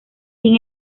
sin